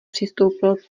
přistoupil